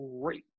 great